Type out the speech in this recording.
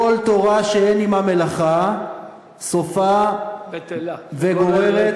"כל תורה שאין עמה מלאכה סופה בטלה וגוררת,